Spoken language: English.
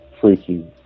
Freaky